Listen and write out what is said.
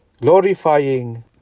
glorifying